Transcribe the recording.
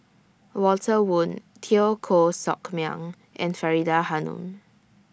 Walter Woon Teo Koh Sock Miang and Faridah Hanum